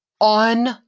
on